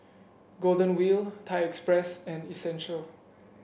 Golden Wheel Thai Express and Essential